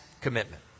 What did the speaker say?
commitment